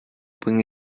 bringe